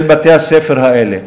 של בתי-הספר האלה?